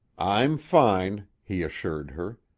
i'm fine, he assured her.